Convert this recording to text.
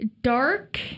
dark